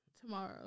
tomorrow